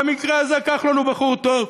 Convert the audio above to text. במקרה הזה כחלון הוא בחור טוב,